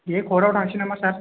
दे कर्टआव थांसै नामा सार